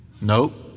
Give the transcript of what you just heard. Nope